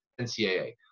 NCAA